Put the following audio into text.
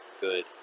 good